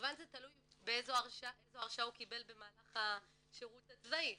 כמובן זה תלוי איזו הרשעה הוא קיבל במהלך השירות הצבאי,